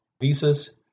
visas